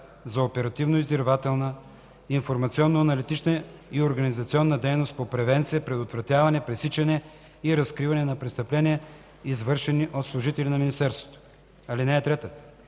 за оперативно-издирвателна, информационно-аналитична и организационна дейност по превенция, предотвратяване, пресичане и разкриване на престъпления, извършени от служители на министерството. (3) Дирекция